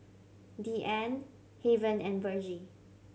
Deeann Haven and Virgie